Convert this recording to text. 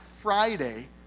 Friday